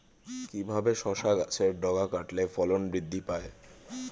কিভাবে শসা গাছের ডগা কাটলে ফলন বৃদ্ধি পায়?